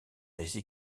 les